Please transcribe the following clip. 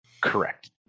Correct